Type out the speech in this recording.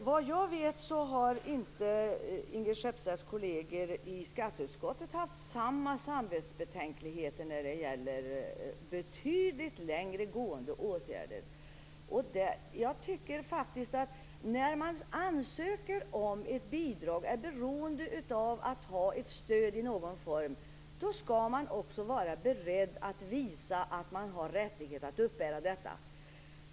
Fru talman! Vad jag vet har inte Ingrid Skeppstedts kolleger i skatteutskottet haft samma samvetsbetänkligheter när det gäller betydligt längre gående åtgärder. Jag tycker att när man ansöker om ett bidrag eller är beroende av ett stöd i någon form skall man också vara beredd att visa att man har rättighet att uppbära detta.